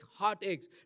heartaches